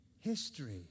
History